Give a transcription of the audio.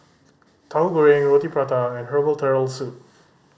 Tauhu Goreng Roti Prata and herbal Turtle Soup